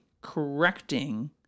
correcting